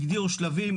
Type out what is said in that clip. הגדירו שלבים,